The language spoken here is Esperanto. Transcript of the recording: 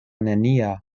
nenia